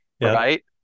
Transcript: right